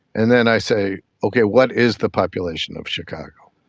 and then i say, okay, what is the population of chicago?